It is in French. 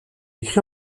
écrit